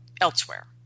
elsewhere